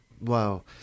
Wow